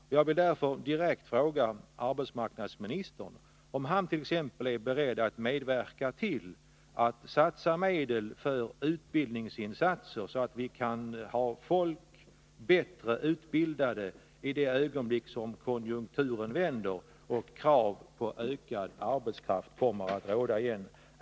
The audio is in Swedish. Därför vill jag direkt fråga arbetsmarknadsministern om han t.ex. är beredd att medverka till att medel satsas på olika former av utbildning så att människor är bättre utbildade i det ögonblick konjunkturen vänder och behov av mer arbetskraft kommer att råda igen.